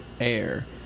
air